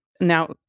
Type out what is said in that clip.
Now